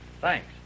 thanks